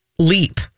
Leap